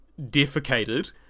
defecated